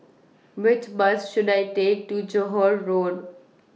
Which Bus should I Take to Johore Road